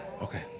Okay